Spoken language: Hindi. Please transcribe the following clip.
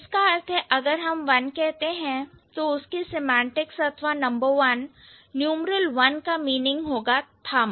तो इसका अर्थ है कि अगर हम 1 कहते हैं तो उसके सेमांटिक्स अथवा नंबर 1 न्यूमरल 1 का मीनिंग होगा thumb